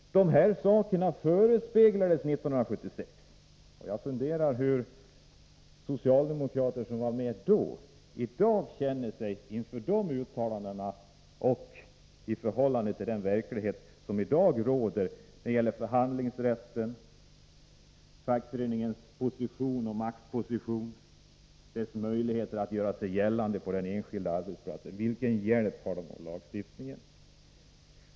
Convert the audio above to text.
Dessa rättigheter för fackföreningarna förespeglades vi 1976. Jag funderar över hur socialdemokrater som var med då känner sig när de i dag jämför de uttalandena och den verklighet som nu råder när det gäller förhandlingsrätten och fackföreningarnas maktposition och möjligheter att göra sig gällande på den enskilda arbetsplatsen. Vilken hjälp har de av lagstiftningen?